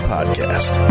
Podcast